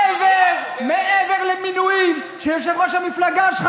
מעבר למינויים שיושב-ראש המפלגה שלך